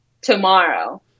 tomorrow